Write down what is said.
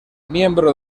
miembro